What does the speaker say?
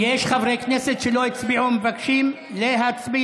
יש חברי כנסת שלא הצביעו ומבקשים להצביע?